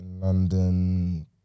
london